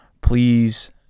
please